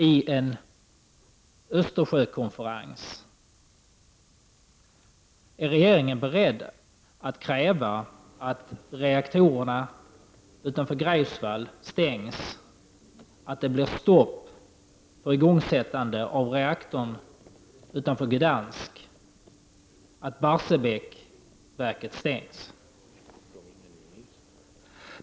Är regeringen vidare beredd att kräva att reaktorerna utanför Greifswald stängs, att det blir stopp för ett igångsättande av reaktorn utanför Gdansk och att kärnkraftverket i Barsebäck stängs?